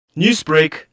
Newsbreak